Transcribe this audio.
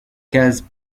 case